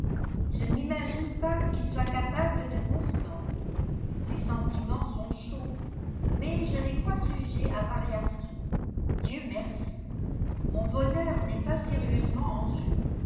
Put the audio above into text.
je ne m'imagine pas qu'il soit capable de constance ses sentiments sont chauds mais je les crois sujets à variation dieu merci mon bonheur n'est pas sérieusement en jeu